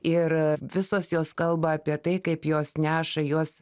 ir visos jos kalba apie tai kaip jos neša juos